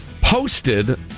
posted